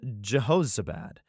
Jehozabad